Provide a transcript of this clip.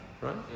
right